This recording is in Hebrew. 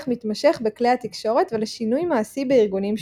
מתמשך בכלי התקשורת ולשינוי מעשי בארגונים שונים.